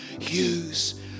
use